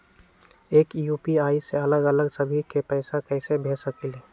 एक यू.पी.आई से अलग अलग सभी के पैसा कईसे भेज सकीले?